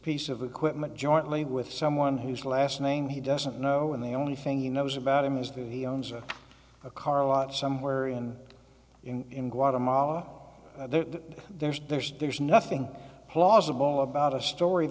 piece of equipment jointly with someone whose last name he doesn't know and the only thing you knows about him is that he owns a car lot somewhere and in guatemala there's there's there's nothing possible about a story